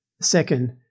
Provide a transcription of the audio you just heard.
Second